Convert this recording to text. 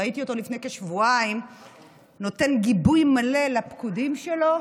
ראיתי אותו לפני כשבועיים נותן גיבוי מלא לפקודים שלו,